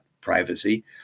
privacy